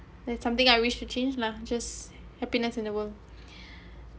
there's something I wish to change lah just happiness in the world